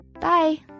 Bye